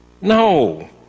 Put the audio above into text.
No